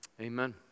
Amen